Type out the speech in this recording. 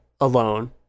alone